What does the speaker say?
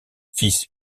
fils